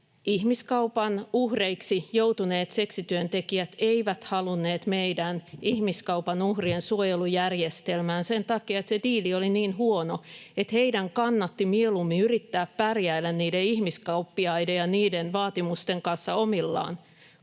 ihmiskaupan uhreiksi joutuneet seksityöntekijät eivät halunneet meidän ihmiskaupan uhrien suojelujärjestelmään sen takia, että se diili oli niin huono, että heidän kannatti mieluummin yrittää pärjäillä niiden ihmiskauppiaiden ja niiden vaatimusten kanssa omillaan